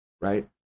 Right